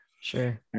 Sure